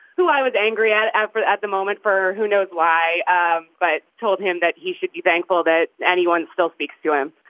who i was angry at at but at the moment for who knows why um but told him that he should be thankful that anyone still speaks to him